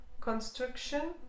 construction